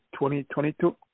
2022